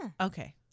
Okay